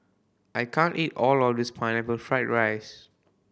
I can't eat all of this pineapple fry rice